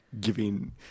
giving